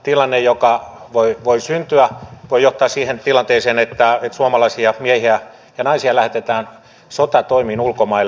tilanne joka voi syntyä voi johtaa siihen tilanteeseen että suomalaisia miehiä ja naisia lähetetään sotatoimiin ulkomaille